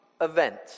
Event